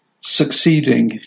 succeeding